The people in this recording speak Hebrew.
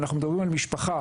אנחנו מדברים על משפחה